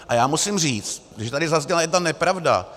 A já musím říct, že tady zazněla jedna nepravda.